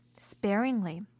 sparingly